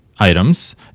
Items